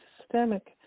systemic